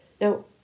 Now